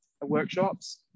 workshops